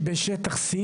מדינת ישראל,